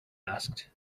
asked